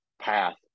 path